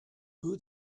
who